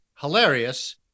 hilarious